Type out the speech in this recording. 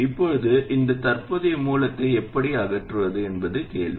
இப்போது இந்த தற்போதைய மூலத்தை எப்படி அகற்றுவது என்பது கேள்வி